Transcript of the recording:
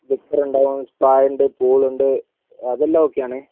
ലിക്കറ്ണ്ടാവും സ്പായിണ്ട് പൂള്ണ്ട് അതെല്ലാം ഓക്കേയാണ്